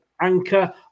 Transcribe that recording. Anchor